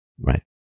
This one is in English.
right